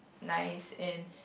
nice and